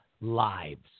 lives